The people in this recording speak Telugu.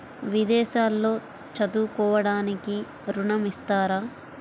విదేశాల్లో చదువుకోవడానికి ఋణం ఇస్తారా?